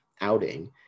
outing